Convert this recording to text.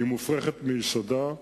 היא מופרכת מיסודה.